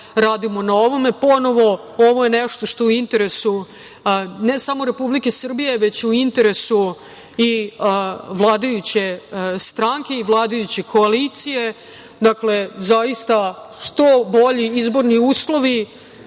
radimo na ovome. Ponovo, ovo je nešto što je u interesu ne samo Republike Srbije, već u interesu i vladajuće stranke i vladajuće koalicije. Dakle, zaista što bolji izborni uslovi,